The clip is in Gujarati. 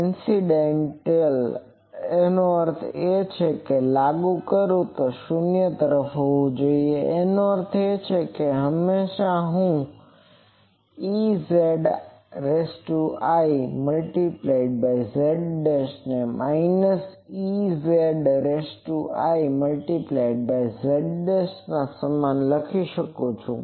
ઇન્સીડેંટ નો અર્થ એ થાય છે કે લાગુ કરેલ હોય તે શૂન્ય તરફ જવું જોઈએ એનો અર્થ એ છે કે હું હંમેશા Eziz' ને Ez rz' ની સમાન લખી શકું છું